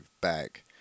back